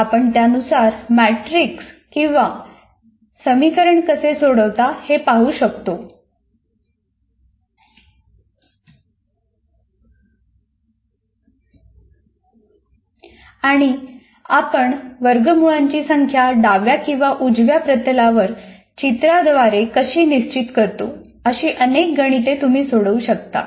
आपण त्यानुसार मॅट्रिक्स किंवा कसे समीकरण कसे सोडवतात हे पाहू शकतो आणि आपण वर्गमुळांची संख्या डाव्या किंवा उजव्या प्रतलावर चित्राद्वारे कशी निश्चित करता अशी अनेक गणिते तुम्ही सोडवू शकता